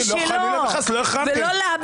חלילה וחס, לא החרמתי.